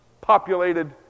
populated